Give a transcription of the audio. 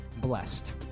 blessed